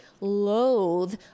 loathe